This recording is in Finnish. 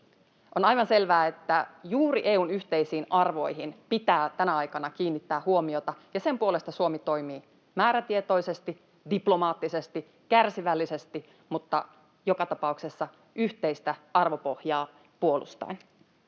On aivan selvää, että juuri EU:n yhteisiin arvoihin pitää tänä aikana kiinnittää huomiota, ja sen puolesta Suomi toimii määrätietoisesti, diplomaattisesti, kärsivällisesti mutta joka tapauksessa yhteistä arvopohjaa puolustaen.